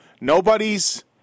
Nobody's